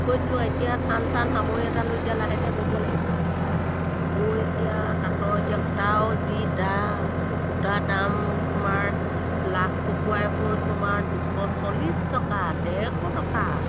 থৈ দিলো এতিয়া ধান চান সামৰি এটা লৈ এতিয়া লাহেকৈ ব'ব লাগিব বৈ এতিয়া তাঁতৰ এতিয়া সূতাও যি দাম সূতা দাম তোমাৰ লাখ পকুৱাই হ'ল তোমাৰ দুশ চল্লিছ টকা ডেৰশ টকা